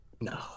No